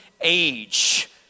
age